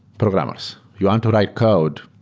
programmers. you want to write code,